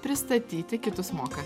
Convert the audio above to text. pristatyti kitus moka